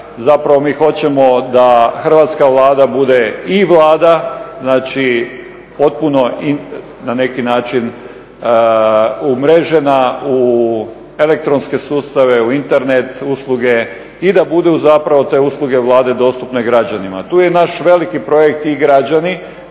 Zapravo mi hoćemo da hrvatska Vlada bude i Vlada, znači potpuno na neki način umrežena u elektronske sustave, u internet usluge i da budu zapravo te usluge Vlade dostupne građanima. Tu je naš veliki projekt i-građani